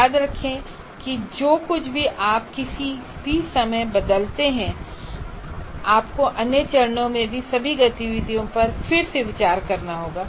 याद रखें कि जो कुछ भी आप किसी भी समय बदलते हैं आपको अन्य चरणों में सभी गतिविधियों पर फिर से विचार करना होगा